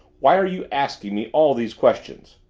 why are you asking me all these questions?